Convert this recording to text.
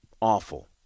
Awful